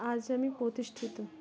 আজ আমি প্রতিষ্ঠিত